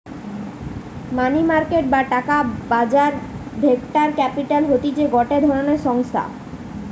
মানি market বা টাকার বাজার ভেঞ্চার ক্যাপিটাল হতিছে গটে ধরণের সংস্থা